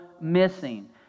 missing